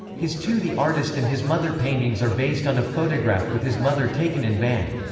his two the artist and his mother paintings are based on a photograph with his mother taken in van.